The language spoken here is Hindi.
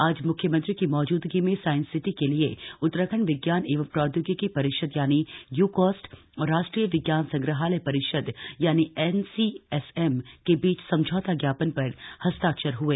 आज म्ख्यमंत्री की मौजूदगी में साइंस सिटी के लिए उत्तराखण्ड विज्ञान एवं प्रौद्योगिकी परिषद यूकॉस्ट और राष्ट्रीय विज्ञान संग्रहालय परिषद एनसीएसएम के बीच समझौता ज्ञापन पर हस्ताक्षर हए